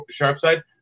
SharpSide